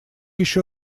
еще